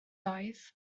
oedd